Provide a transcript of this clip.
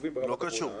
לא קשור.